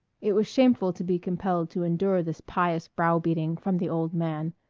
it was shameful to be compelled to endure this pious browbeating from the old man,